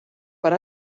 per